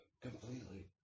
completely